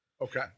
Okay